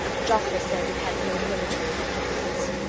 joffre says it has no military significance.